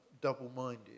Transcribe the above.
double-minded